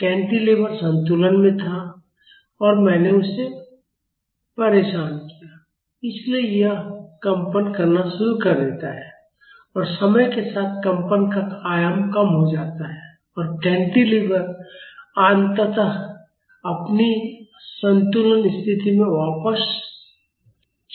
cantilever संतुलन में था और मैंने उसे परेशान किया इसलिए यह कंपन करना शुरू कर देता है और समय के साथ कंपन का आयाम कम हो जाता है और कैंटिलीवर अंततः अपनी संतुलन स्थिति में वापस चला जाता है